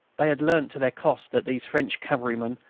they had learnt to their cost that these french cavalrymen,